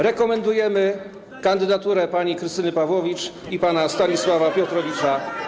Rekomendujemy kandydatury pani Krystyny Pawłowicz i pana Stanisława Piotrowicza.